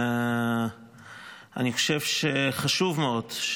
אני חושב שחשוב מאוד,